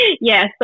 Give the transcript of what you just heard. Yes